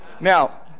Now